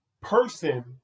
person